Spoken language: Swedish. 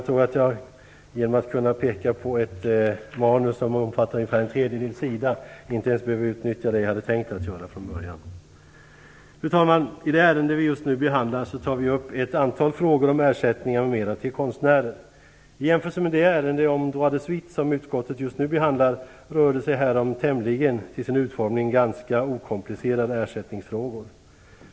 Fru talman! I det ärende vi just nu behandlar tar vi upp ett antal frågor om ersättningar m.m. till konstnärer. I jämförelse med det ärende om "droit de suite" som utskottet just nu behandlar rör det sig här om till sin utformning tämligen okomplicerade ersättningsfrågor.